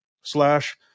slash